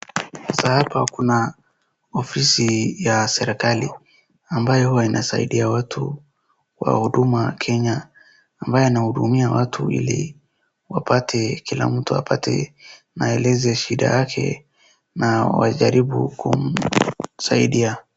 Sasa hapa kuna ofisi ya serikali ambayo huwa inasaidia watu wa huduma ya Kenya ambaye anahudumia watu ili wapate kila mtu apate maelezo ya shida yake na wajaribu kumsaidia.